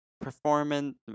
performance